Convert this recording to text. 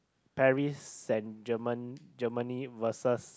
Paris and German Germany versus